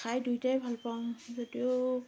খাই দুইটাই ভালপাওঁ যদিও